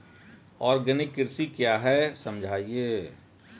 Organic कृषि क्या है समझाइए?